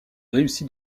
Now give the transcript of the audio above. réussi